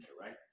right